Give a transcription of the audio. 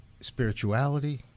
Spirituality